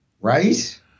right